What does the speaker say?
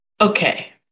Okay